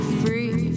free